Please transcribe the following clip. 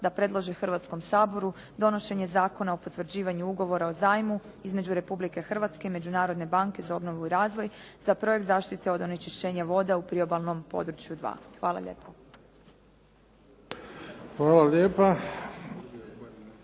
da predlože Hrvatskom saboru donošenje Zakona o potvrđivanju ugovora o zajmu između Republike Hrvatske i Međunarodne banke za obnovu i razvoj za projekt zaštite od onečišćenja voda u priobalnom području dva. Hvala lijepo.